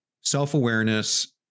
self-awareness